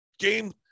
Game